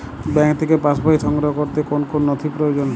Bank থেকে pass বই সংগ্রহ করতে কোন কোন নথি প্রয়োজন?